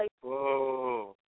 Whoa